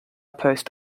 post